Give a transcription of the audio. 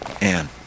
Anne